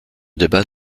débat